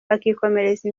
bakikomereza